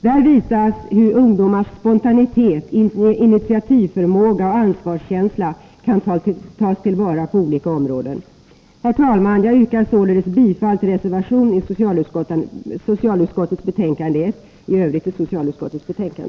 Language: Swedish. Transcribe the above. Där visas hur ungdomars spontanitet, initiativförmåga och ansvarskänsla kan tas till vara på olika områden. Herr talman! Jag yrkar således bifall till reservation 1 i socialutskottets betänkande 1, i övrigt till utskottets hemställan.